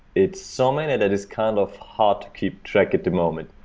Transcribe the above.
it's so many, that it's kind of hard to keep track at the moment.